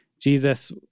Jesus